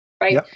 right